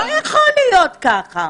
לא יכול להיות ככה.